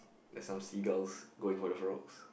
there's some seagulls going for the frogs